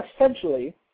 essentially